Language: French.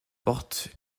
portent